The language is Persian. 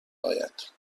آید